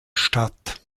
statt